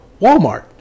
Walmart